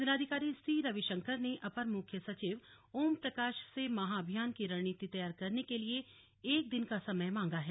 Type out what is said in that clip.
जिलाधिकारी सी रवि शंकर ने अपर मुख्य सचिव ओम प्रकाश से महा अभियान की रणनीति तैयार करने के लिए एक दिन का समय मांगा है